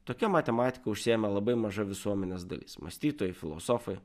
tokia matematika užsiėmė labai maža visuomenės dalis mąstytojai filosofai